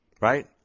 Right